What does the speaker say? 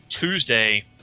Tuesday